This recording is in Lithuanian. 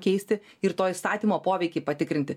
keisti ir to įstatymo poveikį patikrinti